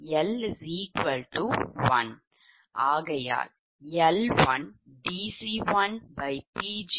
எப்படியும் L 1